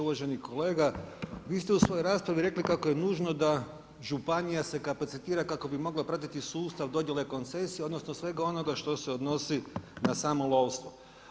Uvaženi kolega, vi ste u svojoj raspravi rekli kako je nužno da županija se kapacitira kako bi mogla pratiti sustav dodjele koncesija, odnosno svega onoga što se odnosi na samo lovstvo.